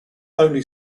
only